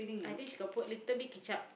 I think she got put little bit ketchup